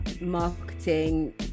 marketing